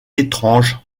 étrange